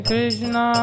Krishna